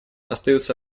остаются